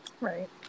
Right